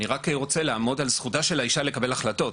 אני רק רוצה לעמוד על זכותה של האישה לקבל החלטות,